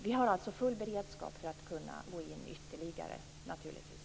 Vi har full beredskap för att kunna gå in ytterligare, naturligtvis.